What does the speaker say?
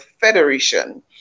Federation